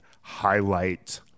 highlight